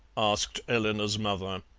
asked eleanor's mother.